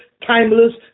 timeless